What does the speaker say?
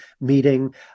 meeting